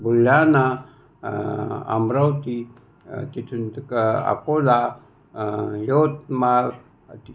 बुलढाणा अमरावती तिथून अकोला यवतमाळ